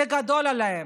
זה גדול עליהם,